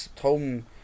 home